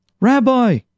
Rabbi